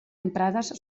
emprades